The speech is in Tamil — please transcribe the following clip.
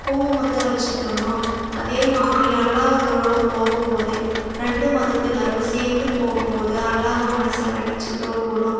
குங்குமத்தை வச்சுக்கணும் அதேமாதிரி அல்லாவை தொழுக போகும் போது ரெண்டு மதத்தினரும் சேர்ந்து போகும் போது அல்லாவை மனசில் நினைச்சி தொழுகணும்